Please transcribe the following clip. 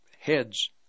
heads